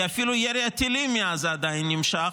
כי אפילו ירי הטילים מעזה עדיין נמשך.